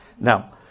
Now